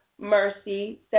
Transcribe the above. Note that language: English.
Mercy